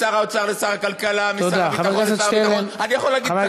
משר האוצר לשר הכלכלה, משר הביטחון לשר, תודה.